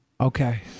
Okay